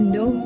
no